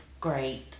great